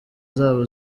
zabo